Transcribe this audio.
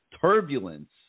turbulence